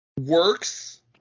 works